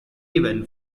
haven